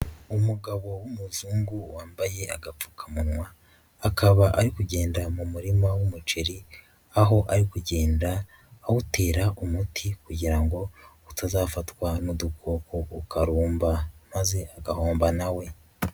Umugabo w'umuzungu wambaye agapfukamunwa, akaba ari kugenda mu murima w'umuceri aho ari kugenda awutera umuti kugira ngo utazafatwa n'udukoko ukarumba maze agahomba na we.